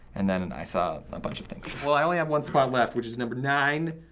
and then i saw a bunch of things. well, i only have one spot left, which is number nine,